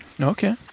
Okay